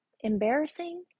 embarrassing